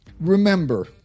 Remember